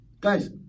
Guys